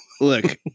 look